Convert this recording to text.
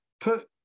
put